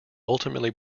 ultimately